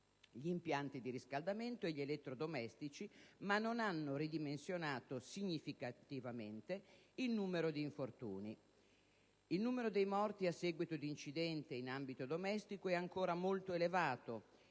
gli impianti di riscaldamento e gli elettrodomestici, ma non hanno ridimensionato significativamente il numero di infortuni. Il numero dei morti a seguito di incidente in ambito domestico è ancora molto elevato.